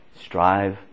Strive